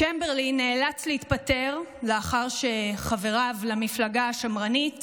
צ'מברלין נאלץ להתפטר לאחר שחבריו למפלגה השמרנית